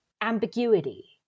ambiguity